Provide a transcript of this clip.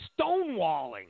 stonewalling